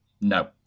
No